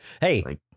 Hey